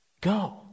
go